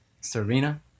Serena